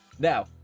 Now